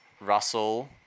Russell